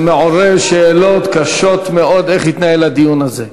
זה מעורר שאלות קשות מאוד איך התנהל הדיון הזה,